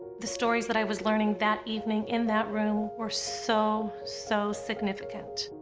the stories that i was learning that evening in that room were so so significant.